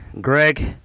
greg